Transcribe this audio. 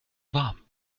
warm